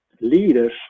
leaders